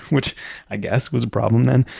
which i guess was a problem then.